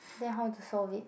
then how to solve it